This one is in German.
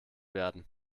werden